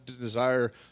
desire